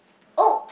oh